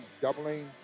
doubling